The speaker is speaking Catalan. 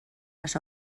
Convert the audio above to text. les